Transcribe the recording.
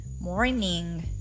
Morning